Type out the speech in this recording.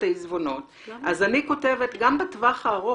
העיזבונות אז אני כותבת גם בטווח הארוך,